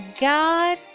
God